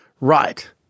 Right